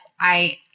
I-